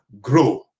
Grow